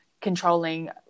controlling